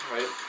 Right